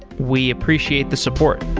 we appreciate the support